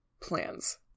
plans